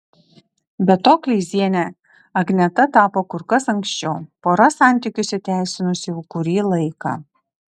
be to kleiziene agneta tapo kur kas anksčiau pora santykius įteisinusi jau kurį laiką